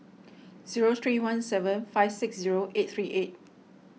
zero three one seven five six zero eight three eight